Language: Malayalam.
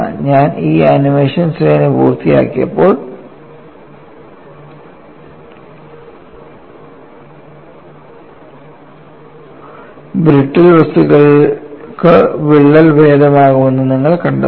ഞാൻ ഈ ആനിമേഷൻ ശ്രേണി പൂർത്തിയാക്കുമ്പോൾ ബ്രിട്ടിൽ വസ്തുക്കൾക്ക് വിള്ളൽ ഭേദമാകുമെന്ന് നിങ്ങൾ കണ്ടെത്തും